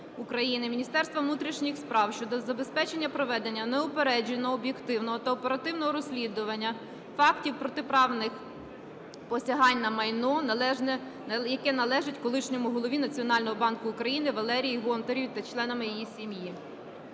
Міністерства внутрішніх справ щодо забезпечення проведення неупередженого, об'єктивного та оперативного розслідування фактів протиправних посягань на майно, належне… яке належить колишньому голові Національного банку України Валерії Гонтаревій та членам її сім'ї.